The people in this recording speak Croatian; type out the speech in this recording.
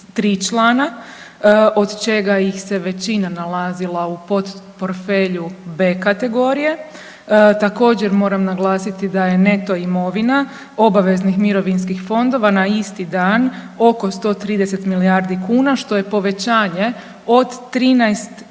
543 člana, od čega ih se većina nalazila u potporfelju B kategorije. Također moram naglasiti da je neto imovina obaveznih mirovinskih fondova na isti dan oko 130 milijardi kuna što je povećanje od 13, skoro